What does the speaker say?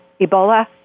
Ebola